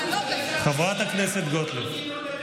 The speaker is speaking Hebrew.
חברת הכנסת גוטליב.